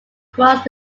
cross